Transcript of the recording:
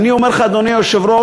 ואני אומר לך, אדוני היושב-ראש,